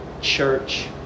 church